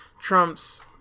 Trump's